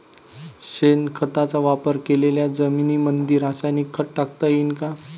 शेणखताचा वापर केलेल्या जमीनीमंदी रासायनिक खत टाकता येईन का?